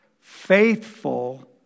faithful